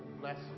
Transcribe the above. Bless